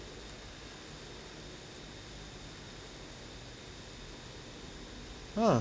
ah